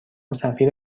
سفیر